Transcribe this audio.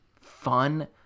fun